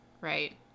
right